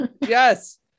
Yes